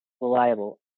reliable